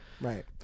right